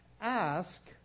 Ask